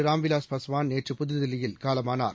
ராம்விலாஸ் பஸ்வான் நேற்று புதுதில்லியில் காலமானார்